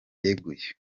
yeguye